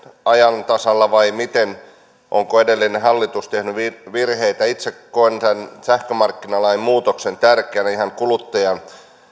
ajan tasalla vai miten onko edellinen hallitus tehnyt virheitä itse koen tämän sähkömarkkinalain muutoksen tärkeänä ihan kuluttajan